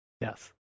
yes